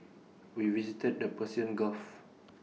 we visited the Persian gulf